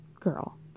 Girl